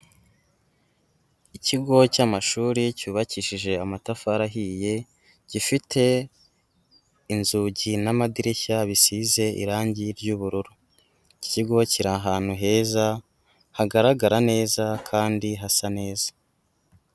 Ikigo cy'amashuri cyubakishije amatafari ahiye gifite inzugi n'amadirishya bisize irangi ry'ubururu, iki kigo kiri ahantu heza hagaragara neza kandi hasa neza.